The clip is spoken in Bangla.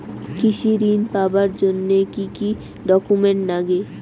কৃষি ঋণ পাবার জন্যে কি কি ডকুমেন্ট নাগে?